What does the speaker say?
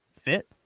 fit